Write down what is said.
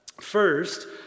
First